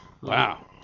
Wow